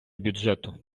бюджету